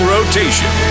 Rotation